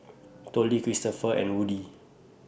Tollie Christoper and Woody